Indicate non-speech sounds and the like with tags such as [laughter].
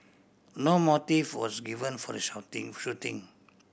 no motive was given for the [unintelligible] shooting